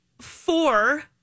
four